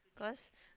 cause